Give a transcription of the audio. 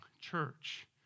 church